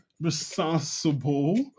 responsible